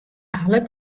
alle